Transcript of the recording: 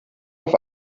auf